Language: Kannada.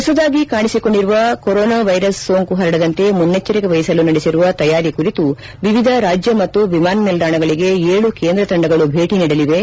ಹೊಸದಾಗಿ ಕಾಣಿಸಿಕೊಂಡಿರುವ ಕೊರೊನಾ ವೈರಸ್ ಸೋಂಕು ಹರಡದಂತೆ ಮುನ್ನೆಚ್ಚರಿಕೆ ವಹಿಸಲು ನಡೆಸಿರುವ ತಯಾರಿ ಕುರಿತು ವಿವಿಧ ರಾಜ್ಯ ಮತ್ತು ವಿಮಾನ ನಿಲ್ದಾಣಗಳಿಗೆ ಏಳು ಕೇಂದ್ರ ತಂಡಗಳು ಭೇಟಿ ನೀಡಲಿವೆ